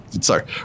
sorry